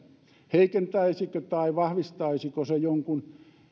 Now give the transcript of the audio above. heikentäisikö tai vahvistaisiko se jonkun